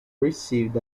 received